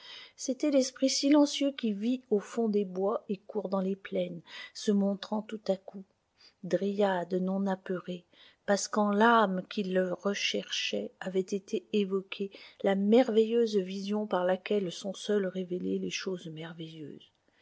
c'était l'esprit silencieux qui vit au fond des bois et court dans les plaines se montrant tout à coup dryade non apeurée parce qu'en l'âme qui le recherchait avait été évoquée la merveilleuse vision par laquelle sont seules révélées les choses merveilleuses